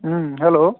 hello